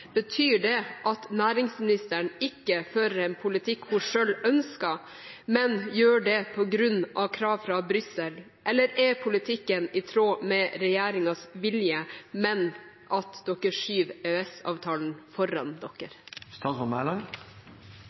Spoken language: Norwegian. Betyr det at statsråden ikke fører en politikk hun selv ønsker, men gjør det på grunn av krav fra Brussel, eller er politikken i tråd med regjeringens vilje, men at regjeringen skyver EØS-avtalen foran dere?»